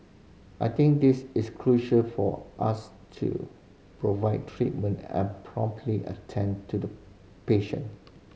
I think this is crucial for us to provide treatment and promptly attend to the patient